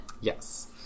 Yes